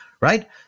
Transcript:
right